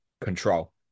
control